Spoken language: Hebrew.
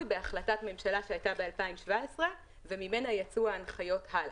בהחלטת הממשלה שהייתה ב-2017 וממנה יצאו ההנחיות הלאה.